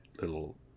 little